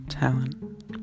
talent